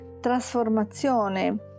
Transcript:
trasformazione